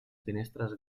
finestres